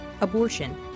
abortion